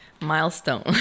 milestone